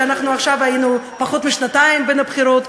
שהיו לנו פחות משנתיים בין בחירות,